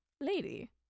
lady